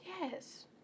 Yes